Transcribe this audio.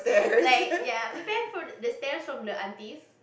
like ya prepare for the stares from the aunties